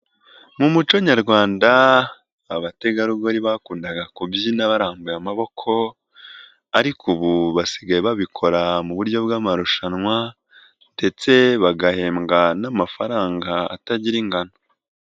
Mu muco nyarwanda abategarugori bakundaga kubyina barangambuye amaboko ariko ubu basigaye babikora mu buryo bw'amarushanwa ndetse bagahembwa n'amafaranga atagira ingano.